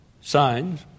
signs